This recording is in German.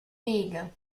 wege